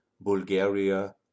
Bulgaria